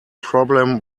problem